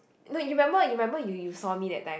no you remember you remember you you saw me that time